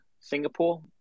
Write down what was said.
Singapore